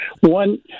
One